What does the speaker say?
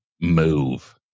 move